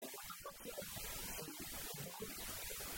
המטרות של ה... של... לדורות